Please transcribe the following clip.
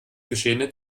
geschehene